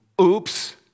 oops